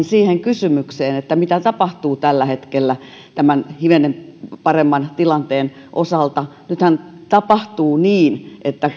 siihen kysymykseen että mitä tapahtuu tällä hetkellä tämän hivenen paremman tilanteen osalta nythän tapahtuu niin että